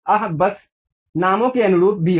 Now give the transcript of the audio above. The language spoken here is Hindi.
आह बस नामों के अनुरूप भी हो